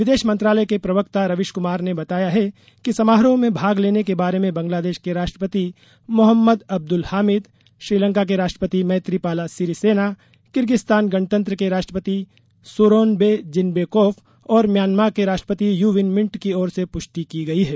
विदेश मंत्रालय के प्रवक्ता रवीश कृमार ने बताया है कि समारोह में भाग लेने के बारे में बंगलादेश के राष्ट्रपति मोहम्मद अब्द्ल हामिद श्रीलंका के राष्ट्रपति मैत्रीपाला सिरिसेना किर्गिज़स्तान गणतंत्र के राष्ट्रपति सुरोनबे जीनबेकोफ और म्यामां के राष्ट्रपति यू विन मिंट की ओर से पुष्टि की गई है